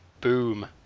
Boom